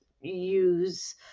use